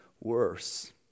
worse